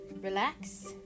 Relax